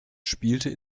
spielte